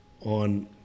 on